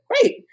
great